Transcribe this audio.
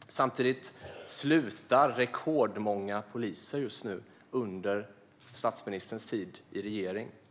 står tomma. Samtidigt slutar rekordmånga poliser just nu, under statsministerns tid i regeringsställning.